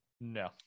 no